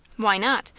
why not?